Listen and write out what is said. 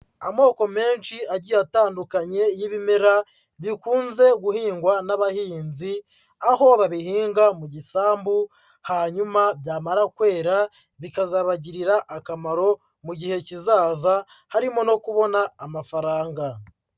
Amoko menshi agiye atandukanye y'ibimera bikunze guhingwa n'abahinzi, aho babihinga mu gisambu hanyuma byamara kwera bikazabagirira akamaro mu gihe kizaza, harimo no kubona amafaranga.